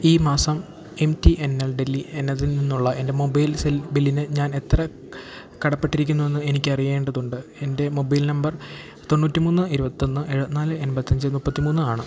ഈ മാസം M T N L Delhi എന്നതിൽ നിന്നുള്ള എൻ്റെ മൊബൈൽ സെൽ ബില്ലിന് ഞാൻ എത്ര കടപ്പെട്ടിരിക്കുന്നുവെന്ന് എനിക്ക് അറിയേണ്ടതുണ്ട് എൻ്റെ മൊബൈൽ നമ്പർ തൊണ്ണൂറ്റി മൂന്ന് ഇരുപത്തിയൊന്ന് എഴുപത്തിനാല് എൺപത്തിയഞ്ച് മുപ്പത്തിമൂന്ന് ആണ്